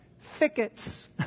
thickets